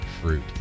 fruit